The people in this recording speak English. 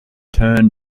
turn